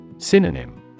synonym